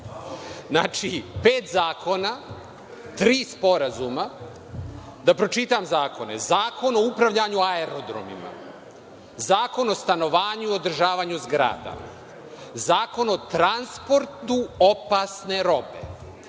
Znači, pet zakona, tri sporazuma, da pročitam zakone: Zakon o upravljanju aerodromima, Zakon o stanovanju i održavanju zgrada, Zakon o transportu opasne robe,